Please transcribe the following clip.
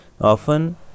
often